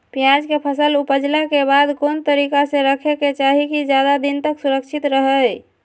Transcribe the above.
प्याज के फसल ऊपजला के बाद कौन तरीका से रखे के चाही की ज्यादा दिन तक सुरक्षित रहय?